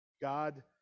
God